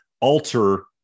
alter